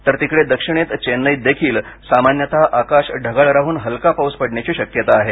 तर तिकडे दक्षिणेत चेन्नईतदेखील सामान्यतः आकाश ढगाळ राहून हलका पाऊस पडण्याची शक्यता आहे